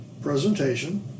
presentation